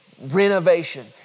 renovation